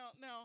now